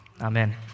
Amen